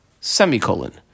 Semicolon